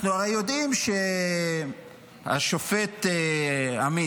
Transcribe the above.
אנחנו הרי יודעים שהשופט עמית